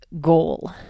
goal